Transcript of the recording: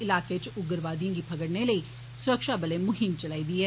इलाके च उग्रवादिएं गी फगडने लेई सुरक्षा बलें मुहीम चलाई ऐ